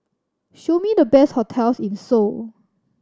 show me the best hotels in Seoul